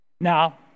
Now